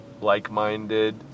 like-minded